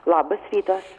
labas rytas